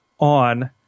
on